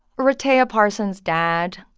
rehtaeh parsons' dad.